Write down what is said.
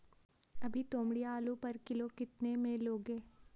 अभी तोमड़िया आलू पर किलो कितने में लोगे?